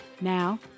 Now